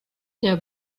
der